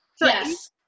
Yes